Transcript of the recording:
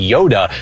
Yoda